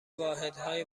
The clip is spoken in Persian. واحدهای